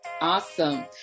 awesome